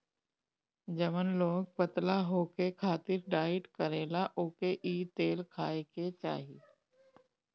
जवन लोग पतला होखे खातिर डाईट करेला ओके इ तेल खाए के चाही